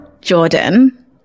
Jordan